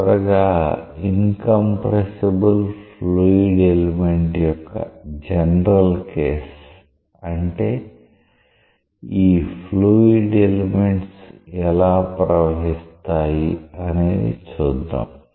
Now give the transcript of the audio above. చివరిగా incompressible fluid element యొక్క general case అంటే ఈ ఫ్లూయిడ్ ఎలెమెంట్స్ ఎలా ప్రవహిస్తాయి అనేది చూద్దాం